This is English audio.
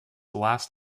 last